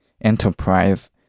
Enterprise